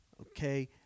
okay